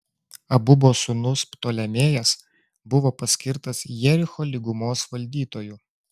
abubo sūnus ptolemėjas buvo paskirtas jericho lygumos valdytoju